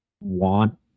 want